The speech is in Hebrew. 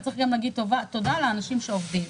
וצריך גם להגיד תודה לאנשים שעובדים.